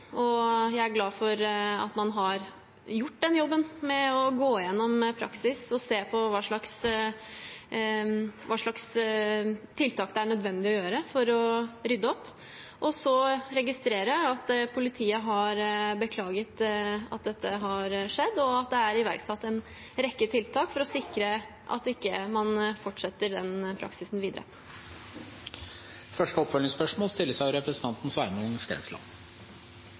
Og jeg er glad for at man har gjort jobben med å gå gjennom praksisen og ser på hva slags tiltak som er nødvendig å gjøre for å rydde opp. Og så registrerer jeg at politiet har beklaget at dette har skjedd, og at det er iverksatt en rekke tiltak for å sikre at man ikke fortsetter den praksisen videre. Sveinung Stensland – til oppfølgingsspørsmål.